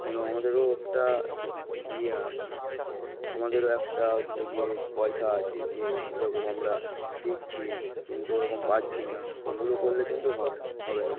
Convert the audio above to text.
কেন আমাদেরও একটা ইয়ে আর মানে আমাদেরও একটা হচ্ছে গিয়ে পয়সা আছে যে এরকম আমরা দিচ্ছি কিন্তু ওরকম পাচ্ছি না এগুলো করলে কিন্তু হবে হবে না